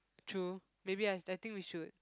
true maybe I I think we should